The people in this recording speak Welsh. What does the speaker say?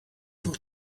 fod